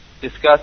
discuss